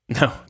No